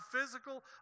physical